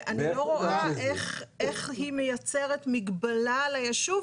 ואני לא רואה איך היא מייצרת מגבלה ליישוב,